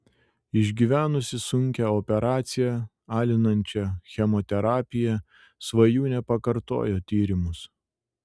išgyvenusi sunkią operaciją alinančią chemoterapiją svajūnė pakartojo tyrimus